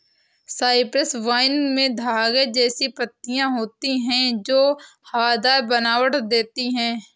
Cyprus vine में धागे जैसी पत्तियां होती हैं जो हवादार बनावट देती हैं